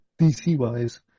DC-wise